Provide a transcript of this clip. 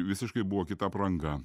visiškai buvo kita apranga